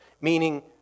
meaning